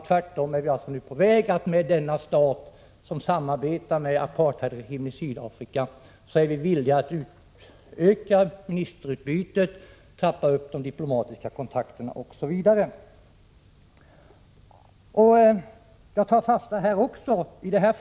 Tvärtom är vi alltså nu på väg att utöka ministerutbyte och trappa upp de diplomatiska kontakterna med en stat som samarbetar med apartheidregimen i Sydafrika.